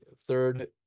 third